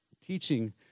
teaching